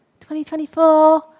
2024